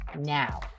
now